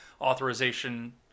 authorization